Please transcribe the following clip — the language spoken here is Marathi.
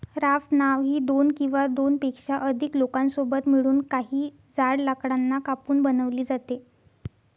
राफ्ट नाव ही दोन किंवा दोनपेक्षा अधिक लोकांसोबत मिळून, काही जाड लाकडांना कापून बनवली जाते